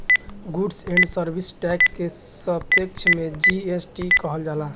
goods and service tax के संक्षेप में जी.एस.टी कहल जाला